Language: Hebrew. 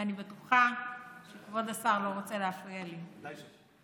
ואני בטוחה שכבוד השר לא רוצה להפריע, ודאי שלא.